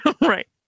Right